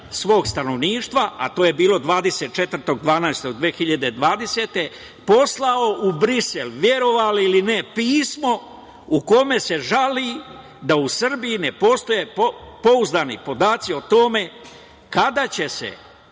svog stanovništva, a to je bilo 24. decembra 2020. godine, poslao u Brisel, verovali ili ne, pismo u kome se žali da u Srbiji ne postoje pouzdani podaci o tome kada će se